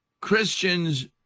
Christians